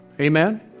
Amen